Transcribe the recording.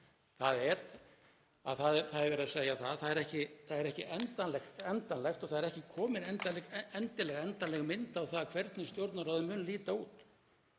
þeirra.“ Það er verið að segja að það er ekki endanlegt og það er ekki endilega komin endanleg mynd á það hvernig Stjórnarráðið mun líta út.